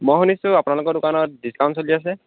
মই শুনিছোঁ আপোনালোকৰ দোকানত ডিস্কাউণ্ট চলি আছে